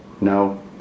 No